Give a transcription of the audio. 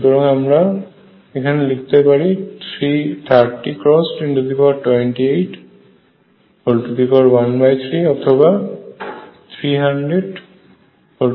সুতরাং আমরা এখানে লিখতে পারি 30×102813 অথবা 30013109